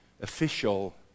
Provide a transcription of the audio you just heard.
official